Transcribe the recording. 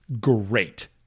great